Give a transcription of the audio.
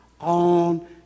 on